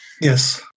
Yes